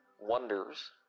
wonders